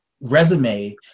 resume